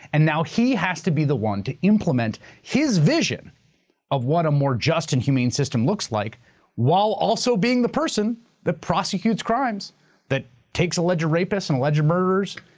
and now he has to be the one to implement his vision of what a more just and humane system looks like while also being the person that prosecutes crimes that takes alleged rapists and alleged murderers,